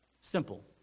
Simple